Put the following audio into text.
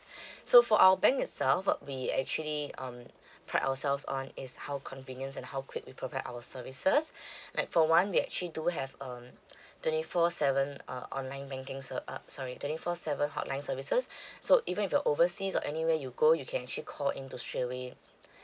so for our bank itself what we actually um pride ourselves on is how convenient and how quick we provide our services like for one we actually do have um twenty four seven uh online banking se~ uh sorry twenty four seven hotline services so even if you're overseas or anywhere you go you can actually call in to straight away